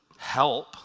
help